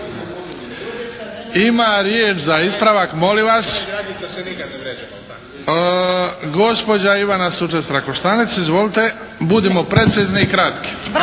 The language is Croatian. Ima riječ za ispravak, molim vas, gospođa Ivana Sučec Trakoštanec. Izvolite. Budimo precizni i kratki.